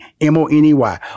M-O-N-E-Y